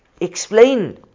explain